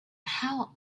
how